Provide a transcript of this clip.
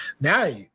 now